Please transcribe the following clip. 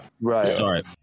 right